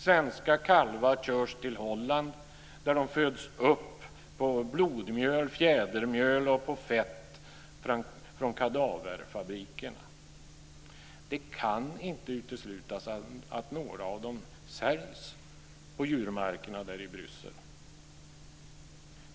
Svenska kalvar körs till Holland, där de föds upp på blodmjöl, fjädermjöl och fett från kadaverfabrikerna. Det kan inte uteslutas att några av dem säljs på djurmarknader i Bryssel.